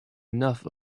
enough